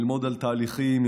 על תהליכים,